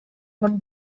von